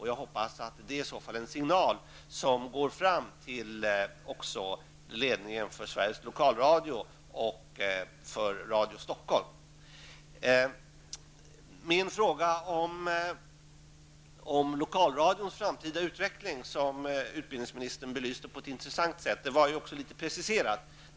Jag hoppas i så fall att det blir en signal som går fram till ledningen för Sveriges lokalradio och för Radio Min fråga om lokalradions framtida utveckling, som utbildningsministern belyste på ett intressant sätt, var ju också litet preciserad.